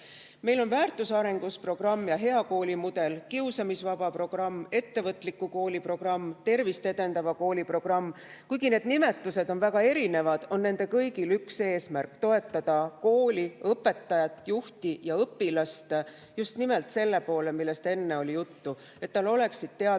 Meil on väärtusarenduse programm ja hea kooli mudel, kiusamisvaba kooli programm, ettevõtliku kooli programm, tervist edendava kooli programm. Kuigi need nimetused on väga erinevad, on nendel kõigil üks eesmärk. [On vaja] toetada kooli õpetajat, juhti ja õpilasi just nimelt selle poole püüdlemisel, millest oli enne juttu: et õpilastel oleksid teadmised,